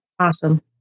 Awesome